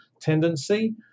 tendency